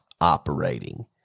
operating